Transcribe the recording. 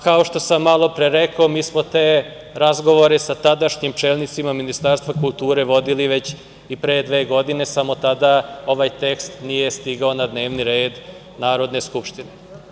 Kao što sam malopre rekao mi smo te razgovore sa tadašnjim čelnicima Ministarstva kulture vodili već i pre dve godine, samo tada ovaj tekst nije stigao na dnevni red Narodne skupštine.